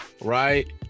right